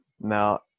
Now